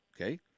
okay